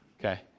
Okay